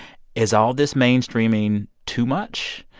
is all this mainstreaming too much?